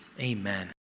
Amen